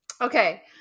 Okay